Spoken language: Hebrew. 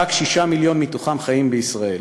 רק 6 מיליון מתוכם חיים בישראל.